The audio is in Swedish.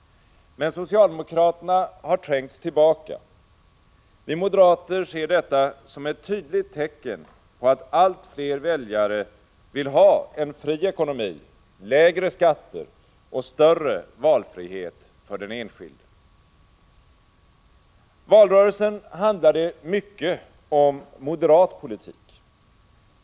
Men socialdemokraterna har trängts tillbaka. Vi moderater ser detta som ett tydligt tecken på att allt fler väljare vill ha en fri ekonomi, lägre skatter och större valfrihet för den enskilde. Valrörelsen handlade mycket om moderat politik.